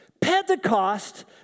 Pentecost